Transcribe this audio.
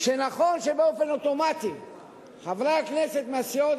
שנכון שבאופן אוטומטי חברי הכנסת מהסיעות